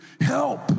help